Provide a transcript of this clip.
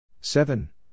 seven